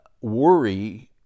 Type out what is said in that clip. Worry